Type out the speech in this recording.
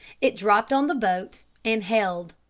it dropped on the boat and held.